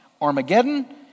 Armageddon